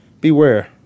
Beware